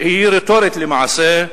שהיא רטורית למעשה,